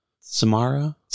Samara